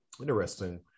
Interesting